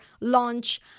launch